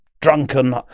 drunken